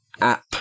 app